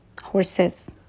horses